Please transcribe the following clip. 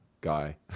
guy